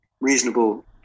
reasonable